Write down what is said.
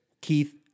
Keith